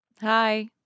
Hi